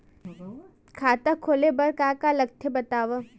खाता खोले बार का का लगथे बतावव?